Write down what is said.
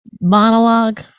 monologue